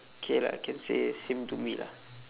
K lah can say same to me lah